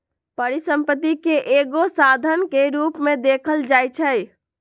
परिसम्पत्ति के एगो साधन के रूप में देखल जाइछइ